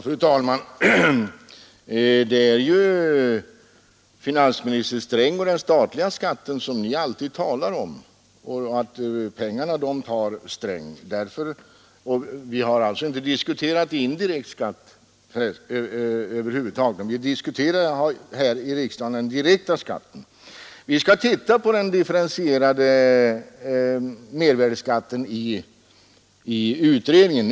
Fru talman! Man talar alltid om att Sträng tar pengarna, och man avser då den statliga skatten. Vi har alltså inte diskuterat indirekt skatt här över huvud taget, utan vad vi nu diskuterar är den direkta skatten. Vi skall i utredningen undersöka möjligheterna att tillämpa en 121 differentierad mervärdeskatt.